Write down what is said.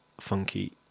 funky